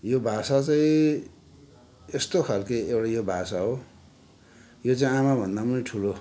यो भाषा चैँ यस्तो खालके एउटा यो भाषा हो यो चाहिँ आमा भन्दा पनि ठुलो